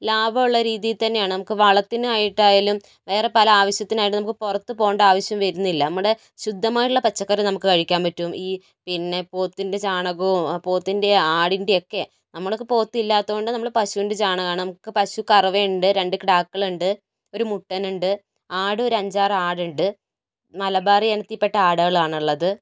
ലാഭമുള്ള രീതിയിൽ തന്നെയാണ് നമുക്ക് വളത്തിനായിട്ടായാലും വേറെ പല ആവശ്യത്തിനായിട്ട് നമുക്ക് പുറത്ത് പോകേണ്ട ആവശ്യം വരുന്നില്ല നമ്മുടെ ശുദ്ധമായിട്ടുള്ള പച്ചക്കറി നമുക്ക് കഴിക്കാൻ പറ്റും ഈ പിന്നെ പോത്തിൻ്റെ ചാണകവും പോത്തിൻ്റെ ആടിൻ്റെ ഒക്കെ നമ്മൾക്ക് പോത്തില്ലാത്തതുകൊണ്ട് നമ്മൾ പശുവിൻ്റെ ചാണകമാണ് നമുക്ക് പശുക്കറവയുണ്ട് രണ്ട് കിടാക്കളുണ്ട് ഒരു മുട്ടനുണ്ട് ആടൊരു അഞ്ചാറ് ആടുണ്ട് മലബാറി ഇനത്തിൽപ്പെട്ട ആടുകളാണുള്ളത്